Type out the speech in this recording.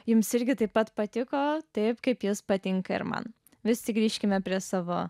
jums irgi taip pat patiko taip kaip jis patinka ir man visi grįžkime prie savo